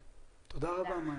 תודה רבה מאיה.